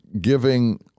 giving